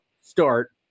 start